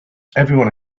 everyone